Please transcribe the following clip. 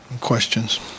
questions